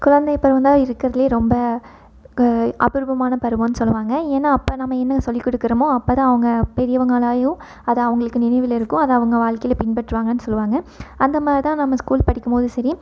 குழந்தை பருவம்தான் இருக்கிறதிலே ரொம்ப அபூர்வமான பருவம்ன்னு சொல்லுவாங்க ஏன்னால் அப்போ நம்ம என்ன சொல்லி கொடுக்குறோமோ அப்போதான் அவங்க பெரியவங்களாகியும் அது அவங்களுக்கு நினைவில் இருக்கும் அதை அவங்க வாழ்க்கையில் பின்பற்றுவாங்கன்னு சொல்லுவாங்க அந்த மாதிரிதான் நம்ம ஸ்கூல் படிக்கும்போதும் சரி